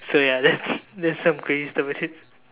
so ya that's that's some crazy stuff I did